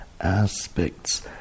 aspects